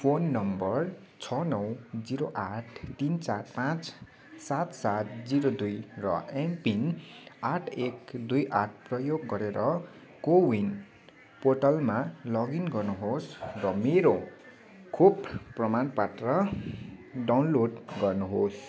phone number छ नौ zero आठ तिन चार पाँच सात सात जिरो दुई र एमपीन आठ एक दुई आठ प्रयोग गरेर कोविन पोर्टलमा लगइन गर्नुहोस् र मेरो खोप प्रमाणपत्र डाउनलोड गर्नुहोस्